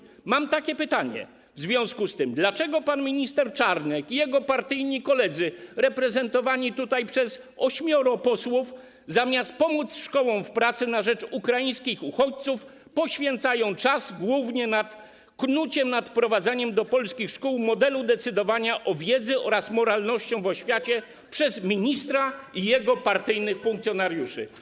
W związku z tym mam takie pytanie: Dlaczego pan minister Czarnek i jego partyjni koledzy, reprezentowani tutaj przez ośmioro posłów, zamiast pomóc szkołom w pracy na rzecz ukraińskich uchodźców, poświęcają czas głównie na knucie przy wprowadzaniu do polskich szkół modelu decydowania o wiedzy oraz moralności w oświacie przez ministra i jego partyjnych funkcjonariuszy?